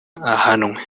ahanwe